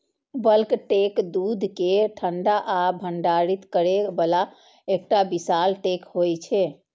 bulk tank दूध कें ठंडा आ भंडारित करै बला एकटा विशाल टैंक होइ छै